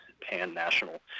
pan-national